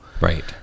Right